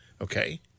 okay